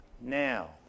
Now